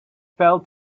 fell